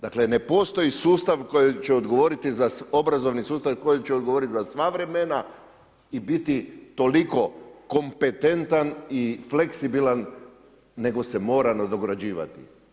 Dakle, ne postoji sustav koji će odgovoriti za obrazovni sustav koji će odgovoriti za sva vremena i biti toliko kompetentan i fleksibilan nego se mora nadograđivati.